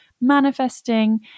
manifesting